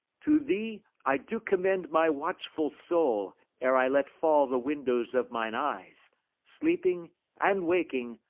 to thee i do commend my watchful soul ere i let fall the windows of mine eyes sleeping and waking,